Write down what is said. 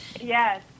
yes